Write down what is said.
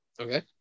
Okay